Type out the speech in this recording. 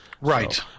Right